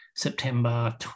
September